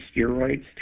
steroids